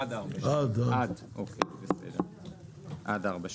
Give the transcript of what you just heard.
עד ארבע שנים.